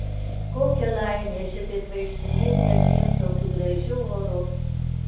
kokia laimė šitaip vaikštinėti abiem tokiu gražiu oru